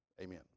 amen